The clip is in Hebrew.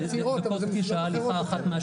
30 דקות הליכה אחת מהשנייה.